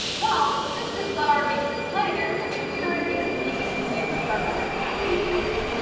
well, sifting the flour makes it lighter, which in turn makes it easier to mix with our other ingredients.